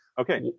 Okay